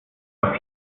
auf